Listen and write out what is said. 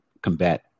combat